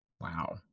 Wow